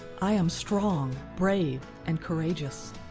i am strong, brave, and courageous.